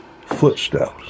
footsteps